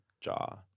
jaw